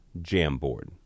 Jamboard